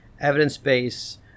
evidence-based